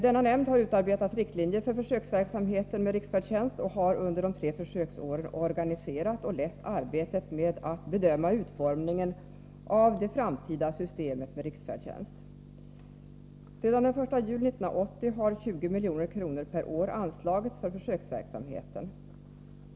Denna nämnd har utarbetat riktlinjer för försöksverksamheten med riksfärdtjänst och har under de tre försöksåren organiserat och lett arbetet med att bedöma utformningen av det framtida systemet med riksfärdtjänst. Sedan den 1 juli 1980 har 20 milj.kr. per år anslagits för försöksverksamheten.